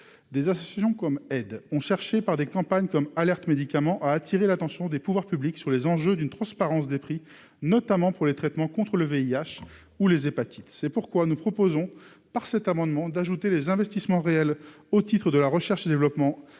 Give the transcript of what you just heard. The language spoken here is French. des associations comme Aides ont cherché par des campagnes comme Alerte médicament a attiré l'attention des pouvoirs publics sur les enjeux d'une transparence des prix, notamment pour les traitements contre le VIH ou les hépatites, c'est pourquoi nous proposons par cet amendement d'ajouter les investissements réels au titre de la recherche et développement